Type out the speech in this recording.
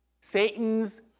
Satan's